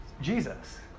Jesus